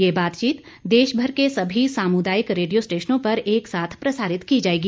यह बातचीत देशभर के सभी सामुदायिक रेडियो स्टेशनों पर एक साथ प्रसारित की जाएगी